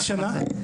באיזו שנה?